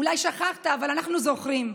אולי שכחת, אבל אנחנו זוכרים.